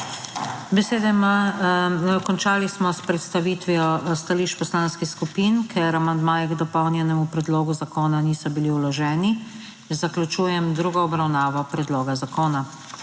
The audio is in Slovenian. hvala. Končali smo s predstavitvijo stališč poslanskih skupin. Ker amandmaji k dopolnjenemu predlogu zakona niso bili vloženi, zaključujem drugo obravnavo predloga zakona.